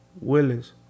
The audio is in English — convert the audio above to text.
Willis